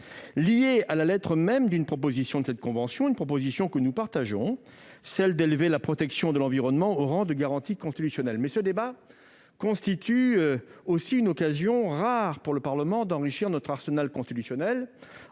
lié à la lettre même d'une proposition de cette convention, une proposition que nous partageons, à savoir élever la protection de l'environnement au rang de garantie constitutionnelle. Ce débat constitue aussi une occasion rare pour le Parlement d'enrichir notre arsenal constitutionnel